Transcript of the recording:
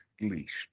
least